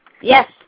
Yes